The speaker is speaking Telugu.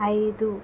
ఐదు